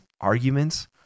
arguments